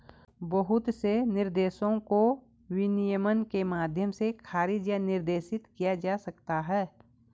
बहुत से निर्देशों को विनियमन के माध्यम से खारिज या निर्देशित किया जा सकता है